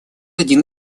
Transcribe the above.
один